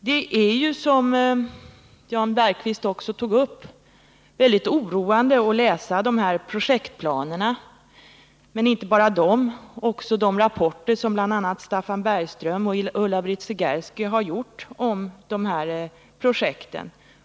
Det är ju, som Jan Bergqvist också sade, mycket oroande att läsa de nya projektplanerna liksom de rapporter som bl.a. Staffan Bergström och Ulla-Britta Segersky har skrivit om projekten.